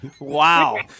Wow